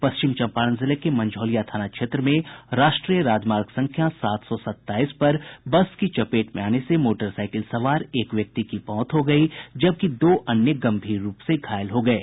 पश्चिम चंपारण जिले के मंझौलिया थाना क्षेत्र में राष्ट्रीय राजमार्ग संख्या सात सौ सताईस पर बस की चपेट में आने से मोटरसाईकिल सवार एक व्यक्ति की मौत हो गयी जबकि दो अन्य गंभीर रूप से घायल हो गये